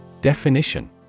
Definition